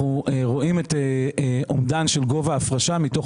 אנחנו רואים את אומדן גובה ההפרשה מתוך